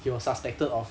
he was suspected of